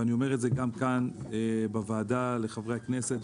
ואני אומר את זה גם כאן בוועדה לחברי הכנסת,